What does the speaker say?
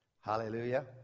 Hallelujah